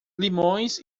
limões